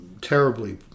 terribly